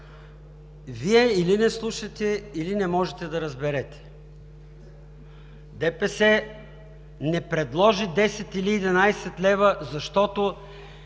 Вие или не слушате, или не можете да разберете – ДПС не предложи 10 или 11 лв., защото